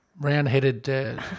round-headed